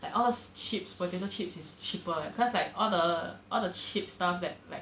like all those chips potato chips is cheaper eh cause like all the all the cheap stuff that like